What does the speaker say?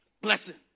Blessing